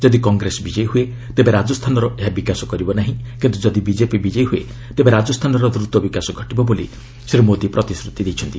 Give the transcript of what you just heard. ଯଦି କଂଗ୍ରେସ ବିଜୟୀ ହୁଏ ତେବେ ରାଜସ୍ଥାନର ଏହା ବିକାଶ କରିବ ନାହିଁ କିନ୍ତୁ ଯଦି ବିଜେପି ବିଜୟୀ ହୁଏ ତେବେ ରାଜସ୍ଥାନର ଦ୍ରୁତ ବିକାଶ ଘଟିବ ବୋଲି ଶ୍ରୀ ମୋଦି କହିଛନ୍ତି